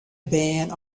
bern